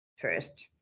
first